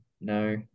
no